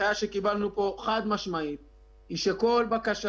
ההנחיה שקיבלנו פה חד-משמעית היא שכל בקשה